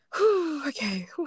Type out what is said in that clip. Okay